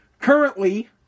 currently